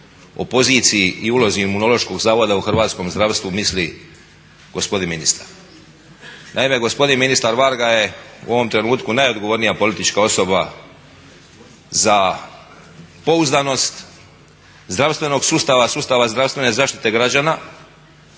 o poziciji i ulozi Imunološkog zavoda u hrvatskom zdravstvu misli gospodin ministar. Naime, gospodin ministar Varga je u ovom trenutku najodgovornija politička osoba za pouzdanost zdravstvenog sustava, sustava zdravstvene zaštite građana,